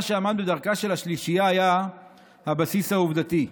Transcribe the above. מה שעמד בדרכה של השלישייה היה הבסיס העובדתי.